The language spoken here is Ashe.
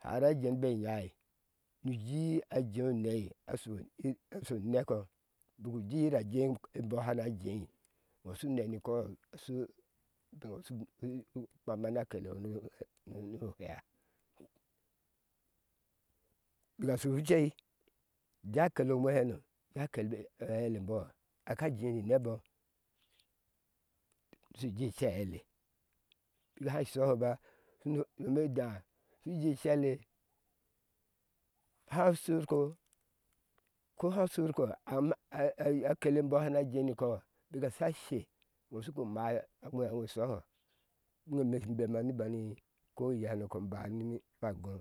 hara a jen be inyaa nu je a jeai oneɛi nuje asho ninekɔɔ buk uji yir jea bɔɔ ha na jea tɔɔ shu ɛnɛ maɔɔ shi kpama na kele iŋo kpeya bika shu ewai uje a kele oŋwe hana na kele a hɛɛile bɔɔ aka jɛɛ ni nebɔɔ nishu jui icel a hɛɛle a ha sh shohɔ ha unome daa shu jii cɛ aile ha shrko ko han shurko amma akele e bɔɔ sha na jea ni kɔɔ bika sha she iŋo shu gu maa a ŋwe iŋo shohɔɔ biɛ me shin bema nu banu ko oyehano baa niba joh